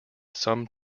some